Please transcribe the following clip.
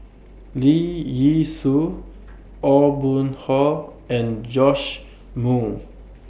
Lee Yee Soo Aw Boon Haw and Joash Moo